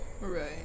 Right